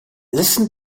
listened